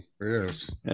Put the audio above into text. Yes